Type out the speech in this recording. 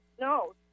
No